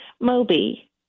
Moby